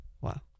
Wow